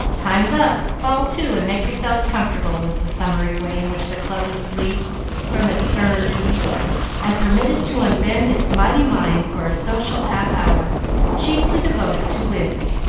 time's up fall to and make yourselves comfortable, was the summary way in which the club was released from its sterner duties and permitted to unbend its mighty mind for a social half-hour, chiefly devoted to whist,